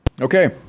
Okay